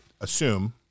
assume